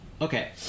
Okay